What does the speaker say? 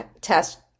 test